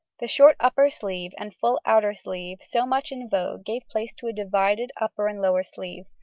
the short upper sleeve and full outer sleeve so much in vogue gave place to a divided upper and lower sleeve,